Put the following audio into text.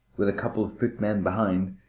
with a couple of footmen behind,